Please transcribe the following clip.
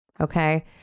Okay